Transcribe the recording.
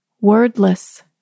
wordless